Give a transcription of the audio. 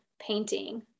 painting